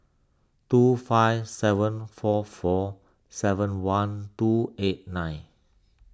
two five seven four four seven one two eight nine